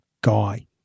guy